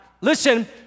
listen